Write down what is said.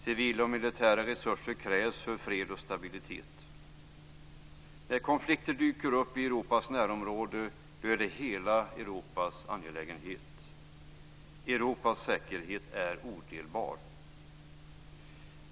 Civila och militära resurser krävs för fred och stabilitet. När konflikter dyker upp i Europas närområde är det hela Europas angelägenhet. Europas säkerhet är odelbar.